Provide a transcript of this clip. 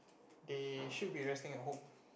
they should be resting at home